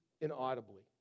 inaudibly